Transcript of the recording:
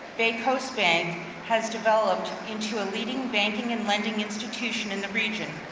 baycoast bank has developed into a leading banking and lending institution in the region,